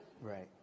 Right